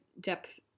depth